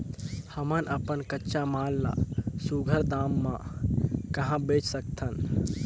हमन अपन कच्चा माल ल सुघ्घर दाम म कहा बेच सकथन?